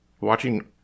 Watching